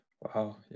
Wow